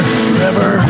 forever